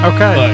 Okay